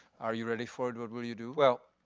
are you ready for it, what will you do? well,